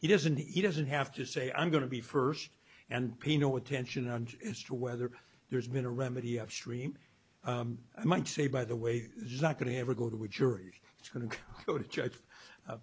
he doesn't he doesn't have to say i'm going to be first and pay no attention and as to whether there's been a remedy upstream i might say by the way zach going to ever go to a jury it's going to go to church